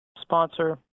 sponsor